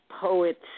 poet's